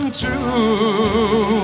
true